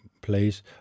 place